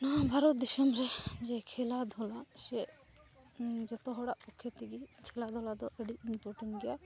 ᱱᱚᱣᱟ ᱵᱷᱟᱨᱚᱛ ᱫᱤᱥᱚᱢᱨᱮ ᱡᱮ ᱠᱷᱮᱞᱟᱼᱫᱷᱩᱞᱟ ᱥᱮ ᱡᱚᱛᱚ ᱦᱚᱲᱟᱜ ᱯᱚᱠᱠᱷᱮᱛᱮᱜᱮ ᱠᱷᱮᱞᱟᱼᱫᱷᱩᱞᱟ ᱟᱹᱰᱤ ᱤᱢᱯᱚᱴᱮᱱ ᱜᱮᱭᱟ